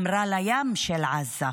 אמרה: לים של עזה.